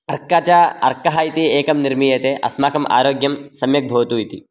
अर्कः च अर्कः इति एकं निर्मीयते अस्माकम् आरोग्यं सम्यक् भवतु इति